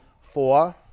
four